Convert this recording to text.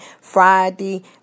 Friday